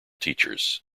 teachers